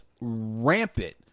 rampant